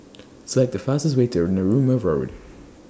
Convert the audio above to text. Select The fastest Way to Narooma Road